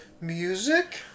music